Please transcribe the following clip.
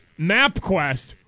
MapQuest